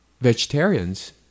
vegetarians